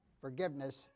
forgiveness